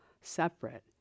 separate